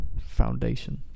foundation